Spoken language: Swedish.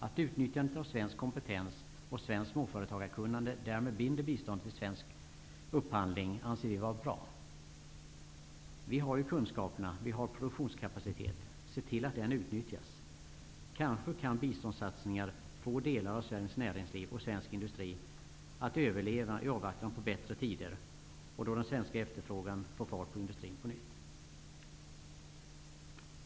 Att utnyttjandet av svensk kompetens och svenskt småföretagarkunnande därmed binder biståndet till svensk upphandling anser vi vara bra. Vi har kunskaperna, vi har produktionskapacitet. Se till att de utnyttjas! Kanske kan biståndssatsningar få delar av svenskt näringsliv och svensk industri att överleva i avvaktan på bättre tider, då den svenska efterfrågan får fart på industrin på nytt.